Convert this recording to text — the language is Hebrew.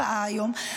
ההצבעה היום,